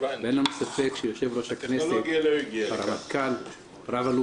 אין לנו ספק שיושב-ראש הכנסת הרמטכ"ל רא"ל